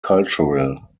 cultural